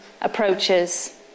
approaches